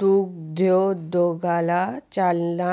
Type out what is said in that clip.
दुग्धोद्योगाला चालना